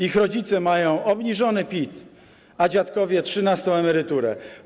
Ich rodzice mają obniżony PIT, a dziadkowe trzynastą emeryturę.